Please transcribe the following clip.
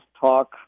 talk